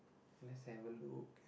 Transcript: let's have a look